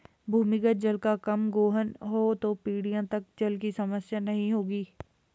भूमिगत जल का कम गोहन हो तो पीढ़ियों तक जल की समस्या नहीं होगी